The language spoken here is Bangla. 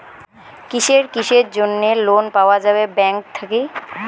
কিসের কিসের জন্যে লোন পাওয়া যাবে ব্যাংক থাকি?